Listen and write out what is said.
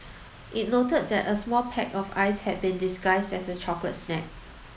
it noted that a small pack of ice had been disguised as a chocolate snack